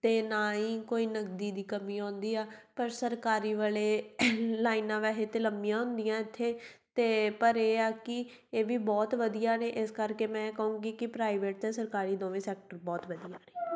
ਅਤੇ ਨਾ ਹੀ ਕੋਈ ਨਗਦੀ ਦੀ ਕਮੀ ਆਉਂਦੀ ਆ ਪਰ ਸਰਕਾਰੀ ਵਾਲੇ ਲਾਈਨਾਂ ਵੈਸੇ ਤਾਂ ਲੰਮੀਆਂ ਹੁੰਦੀਆਂ ਇੱਥੇ ਅਤੇ ਪਰ ਇਹ ਆ ਕਿ ਇਹ ਵੀ ਬਹੁਤ ਵਧੀਆ ਨੇ ਇਸ ਕਰਕੇ ਮੈਂ ਇਹ ਕਹੂੰਗੀ ਕਿ ਪ੍ਰਾਈਵੇਟ ਅਤੇ ਸਰਕਾਰੀ ਦੋਵੇਂ ਸੈਕਟਰ ਬਹੁਤ ਵਧੀਆ ਨੇ